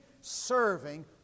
serving